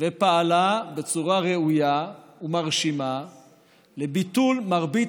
ופעלה בצורה ראויה ומרשימה לביטול מרבית